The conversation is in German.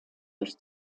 durch